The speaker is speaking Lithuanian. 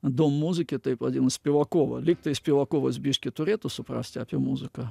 dom muziki taip vadinamas spivakova lygtai spivakovas biškį turėtų suprasti apie muziką